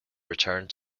returned